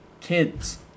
kids